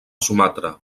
sumatra